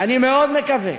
ואני מאוד מקווה